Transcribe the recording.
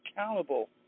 accountable